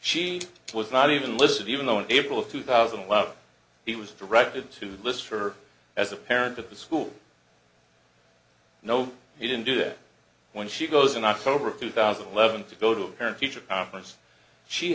she was not even list of even though in april of two thousand and love he was directed to list her as a parent at the school no he didn't do it when she goes in october of two thousand and eleven to go to a parent teacher conference she